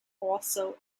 also